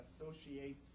Associate